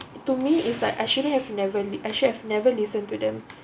to me it's like I shouldn't have never actually I've never listen to them